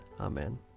Amen